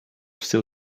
still